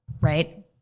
right